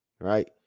Right